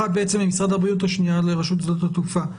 אחת למשרד הבריאות והשנייה לרשות שדות התעופה.